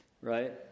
right